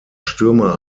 stürmer